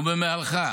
ובמהלכה,